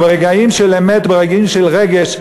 וברגעים של אמת וברגעים של רגש,